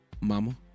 Mama